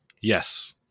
Yes